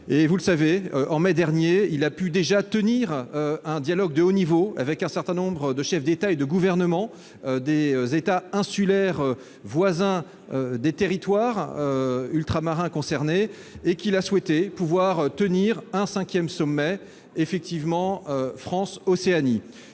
a déjà participé en mai dernier à un dialogue de haut niveau avec un certain nombre de chefs d'État et de gouvernement des États insulaires voisins des territoires ultramarins concernés, et il a souhaité pouvoir tenir un cinquième sommet France-Océanie.